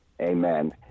Amen